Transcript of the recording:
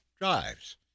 drives